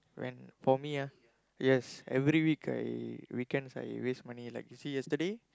when for me ah yes every week I weekends I waste money like you see yesterday